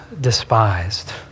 despised